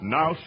Now